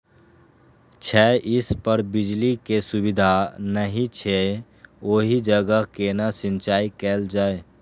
छै इस पर बिजली के सुविधा नहिं छै ओहि जगह केना सिंचाई कायल जाय?